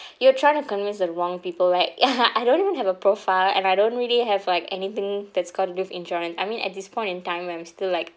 you're trying to convince the wrong people like ya I don't even have a profile and I don't really have like anything that's got to do with insurance I mean at this point in time when I'm still like